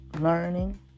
learning